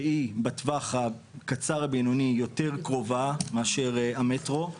שהיא בטווח הקצר הבינוני יותר קרובה מאשר המטרו,